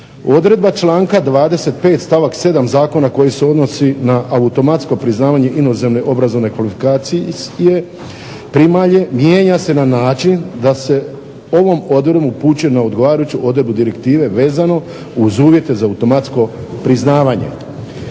Odredba članka 25. stavak 7. zakona koji se odnosi na automatsko priznavanje inozemne obrazovne kvalifikacije primalje mijenja se na način da se ovom odredbom upućuje na odgovarajuću odredbu direktive vezano uz uvjete za automatsko priznavanje.